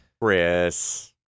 Chris